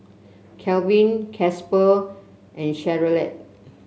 Kelvin Casper and Charolette